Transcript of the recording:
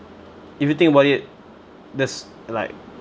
if you think about it that's like